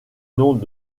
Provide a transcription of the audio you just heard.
noms